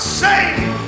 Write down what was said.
save